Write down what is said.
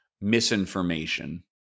misinformation